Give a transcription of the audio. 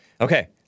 Okay